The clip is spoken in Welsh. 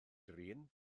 drin